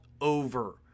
over